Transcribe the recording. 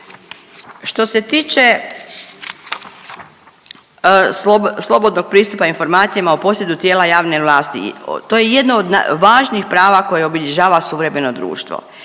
Što se tiče slobodnog pristupa informacijama u posjedu tijela javne vlasti, to je jedno od važnijih prava koje obilježava suvremeno društvo.